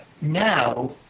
now